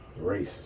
racist